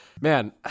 Man